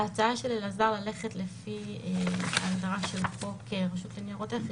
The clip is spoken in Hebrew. ההצעה של אלעזר ללכת לפי הגדרה של חוק רשות לניירות ערך,